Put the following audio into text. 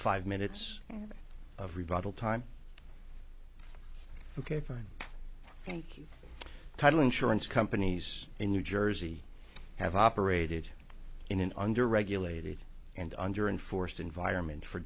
five minutes of rebuttal time ok fine thank you title insurance companies in new jersey have operated in an under regulated and under enforced environment for